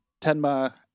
Tenma